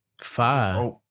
Five